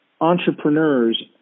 entrepreneurs